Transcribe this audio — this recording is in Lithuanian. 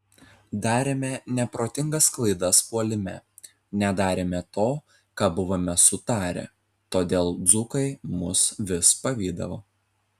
darėme neprotingas klaidas puolime nedarėme to ką buvome sutarę todėl dzūkai mus vis pavydavo